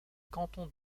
canton